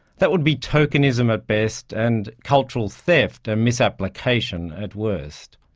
that would be tokenism at best and cultural theft and misapplication at worst.